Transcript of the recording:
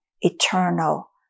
eternal